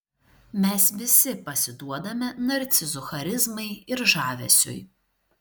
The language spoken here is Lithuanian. mes visi pasiduodame narcizų charizmai ir žavesiui